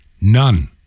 None